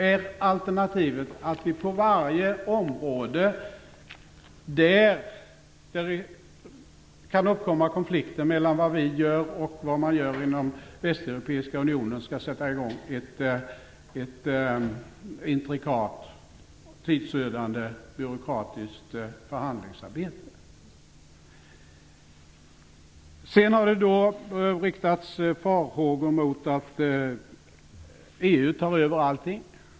Är alternativet att vi på varje område där det kan uppkomma konflikter mellan vad vi gör och vad man inom den europeiska unionen gör skall sätta i gång ett intrikat, tidsödande byråkratiskt förhandlingsarbete? Det har yttrats farhågor om att EU tar över allting.